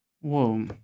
Whoa